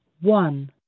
one